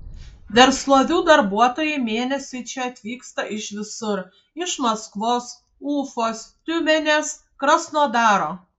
verslovių darbuotojai mėnesiui čia atvyksta iš visur iš maskvos ufos tiumenės krasnodaro